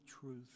truth